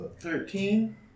Thirteen